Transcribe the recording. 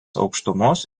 aukštumos